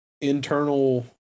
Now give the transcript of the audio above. internal